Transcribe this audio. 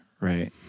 right